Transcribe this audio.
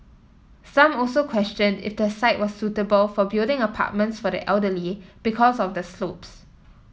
some also questioned if the site was suitable for building apartments for the elderly because of the slopes